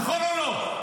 נכון או לא?